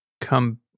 come